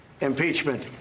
impeachment